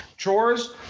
chores